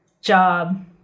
job